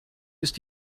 ist